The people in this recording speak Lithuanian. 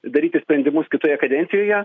daryti sprendimus kitoje kadencijoje